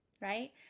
right